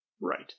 Right